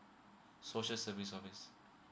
social service office